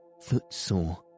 footsore